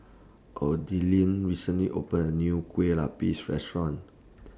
recently opened A New Kue Lupis Restaurant